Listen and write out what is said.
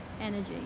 energy